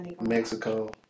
Mexico